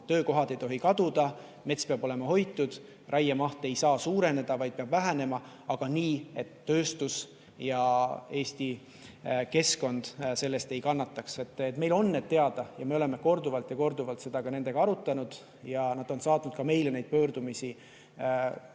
töökohad ei tohi kaduda, mets peab olema hoitud, raiemaht ei saa suureneda, vaid peab vähenema, aga nii, et tööstus ja Eesti keskkond sellest ei kannataks. Meil on need [põhimõtted] teada, me oleme korduvalt ja korduvalt seda nendega arutanud. Nad on saatnud ka meile neid pöördumisi,